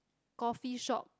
coffee shop